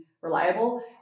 reliable